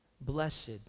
blessed